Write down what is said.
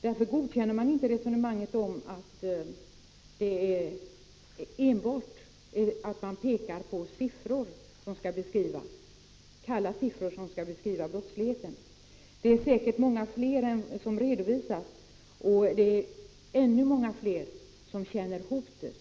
Därför godkänns inte resonemang som enbart pekar på kalla siffror vid beskrivandet av brottsligheten. Det döljer sig säkert många fler fall än som redovisas, och det är ännu många fler som känner sig hotade.